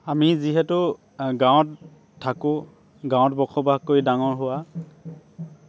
আমি যিহেতু গাঁৱত থাকোঁ গাঁৱত বসবাস কৰি ডাঙৰ হোৱা